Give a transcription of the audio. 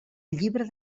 llibre